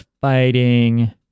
fighting